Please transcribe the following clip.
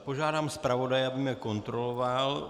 Požádám zpravodaje, aby mne kontroloval.